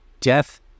Death